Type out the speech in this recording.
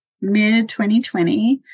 mid-2020